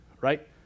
right